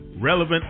relevant